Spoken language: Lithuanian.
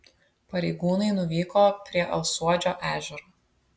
pareigūnai nuvyko prie alsuodžio ežero